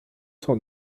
cent